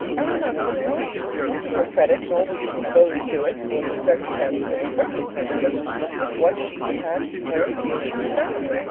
elinor could not withhold her credit nor was she disposed to it, for the circumstance was in perfect unison with what she had heard and seen herself.